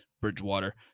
Bridgewater